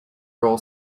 roll